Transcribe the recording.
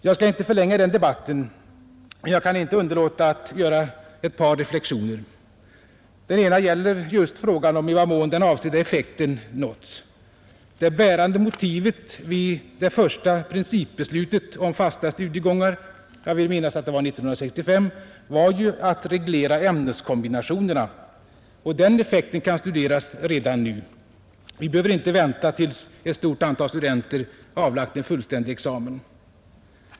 Jag skall inte förlänga den debatten, men jag kan inte underlåta att göra ett par reflexioner. Den ena gäller just frågan om i vad mån den avsedda effekten nåtts. Det bärande motivet vid det första principbeslutet om fasta studiegångar — jag vill minnas att det var 1965 — var ju att reglera ämneskombinationerna, och den effekten kan studeras redan nu. Vi behöver inte vänta tills ett stort antal studenter avlagt en fullständig examen.